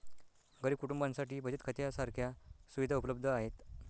गरीब कुटुंबांसाठी बचत खात्या सारख्या सुविधा उपलब्ध आहेत